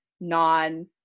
non-